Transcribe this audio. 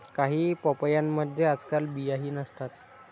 काही पपयांमध्ये आजकाल बियाही नसतात